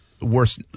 worse –